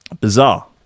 Bizarre